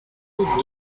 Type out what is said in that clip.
route